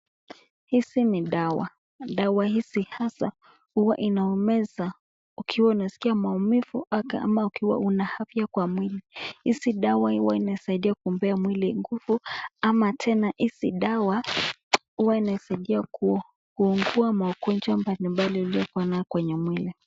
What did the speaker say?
Hizi ni dawa, dawa hizi hasa huwa unaimeza ukiwa unaskia maumivu ama ukiwa huna afya kwa mwili, hizi dawa huwa inasaidia kuipea mwili nguvu ama tena hizi dawa huwa inasaidia kuugua maugonjwa mbalimbali uliokuwa nayo kwenye mwili.